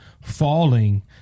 falling